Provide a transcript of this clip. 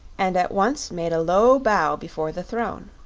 and at once made a low bow before the throne.